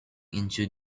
into